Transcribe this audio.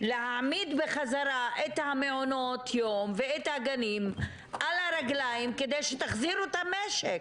להעמיד בחזרה את המעונות יום ואת הגנים על הרגליים כדי שתחזירו את המשק.